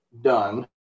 done